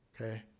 Okay